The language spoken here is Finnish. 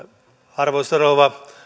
arvoisa rouva